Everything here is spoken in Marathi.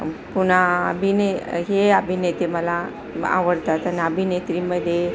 पुन्हा अभिने हे अभिनेते मला आवडतात आणि अभिनेत्रीमध्ये